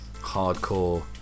hardcore